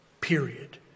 period